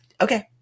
Okay